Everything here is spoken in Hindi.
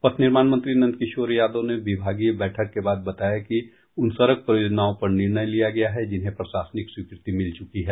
पथ निर्माण मंत्री नंदकिशोर यादव ने विभागीय बैठक के बाद बताया कि उन सड़क परियोजनाओं पर निर्णय लिया गया है जिन्हे प्रशासनिक स्वीकृति मिल चुकी है